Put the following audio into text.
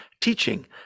teaching